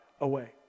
away